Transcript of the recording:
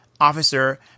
officer